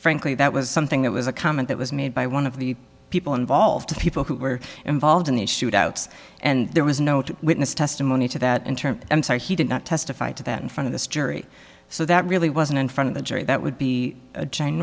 frankly that was something that was a comment that was made by one of the people involved people who were involved in the shoot outs and there was no witness testimony to that in terms i'm sorry he did not testify to that in front of the jury so that really wasn't in front of the jury that would be a